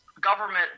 government